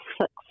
six